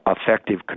effective